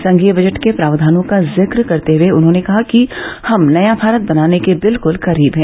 संघीय बजट के प्रावधानों का जिक्र करते हुए उन्होंने कहा कि हम नया भारत बनाने के बिल्कुल करीब हैं